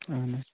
اَہَن حظ